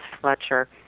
Fletcher